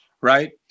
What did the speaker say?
right